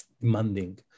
demanding